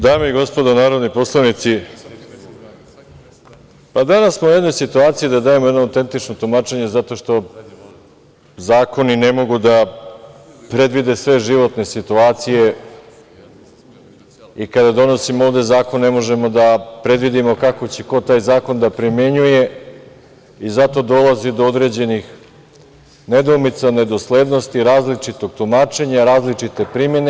Dame i gospodo narodni poslanici, danas smo u jednoj situaciji da dajemo jedno autentično tumačenje zato što zakoni ne mogu da predvide sve životne situacije, i kada donosimo ovde zakon, ne možemo da predvidimo kako će ko taj zakon da primenjuje i zato dolazi do određenih nedoumica, nedoslednosti, različitog tumačenja, različite primene.